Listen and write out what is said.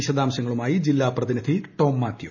വിശദാംശങ്ങളുമായി ജില്ലാ പ്രതിനിധി ടോം മാത്യു